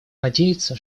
надеяться